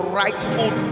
rightful